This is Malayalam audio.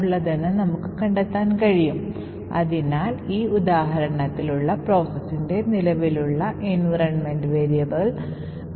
അതിനാൽ നിങ്ങൾ സ്റ്റാക്കിലേക്ക് എഴുതുകയാണെങ്കിൽ ആ സ്റ്റാക്കിൽ നിന്ന് നിങ്ങൾക്ക് എക്സിക്യൂട്ട് ചെയ്യാൻ കഴിയില്ലെന്ന് ഇത് സൂചിപ്പിക്കുന്നു